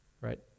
right